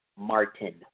Martin